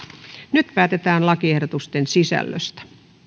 nyt päätetään lakiehdotusten sisällöstä